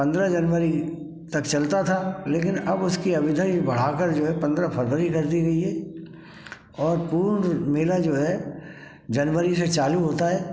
पंद्रह जनवरी तक चलता था लेकिन अब उसकी अवधि बढ़ा कर जो हैं पंद्रह फरवरी कर दी गई है और पूर्ण मेला जो है जनवरी से चालू होता है